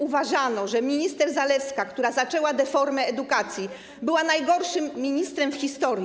Uważano, że minister Zalewska, która zaczęła deformę edukacji, była najgorszym ministrem w historii.